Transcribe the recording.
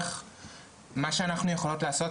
מה שאנחנו יכולות לעשות,